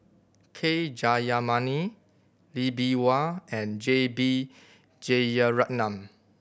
K Jayamani Lee Bee Wah and J B Jeyaretnam